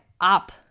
up